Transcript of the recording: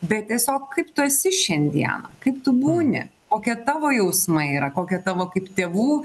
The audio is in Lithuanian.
bet tiesiog kaip tu esi šiandieną kaip tu būni kokie tavo jausmai yra kokie tavo kaip tėvų